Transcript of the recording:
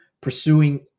pursuing